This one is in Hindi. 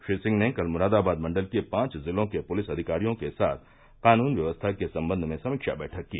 श्री सिंह ने कल मुरादाबाद मण्डल के पांच जिलो के पुलिस अधिकारियों के साथ कानून व्यवस्था के सम्बंध में समीक्षा बैठक की